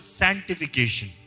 sanctification